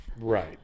right